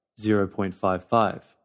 0.55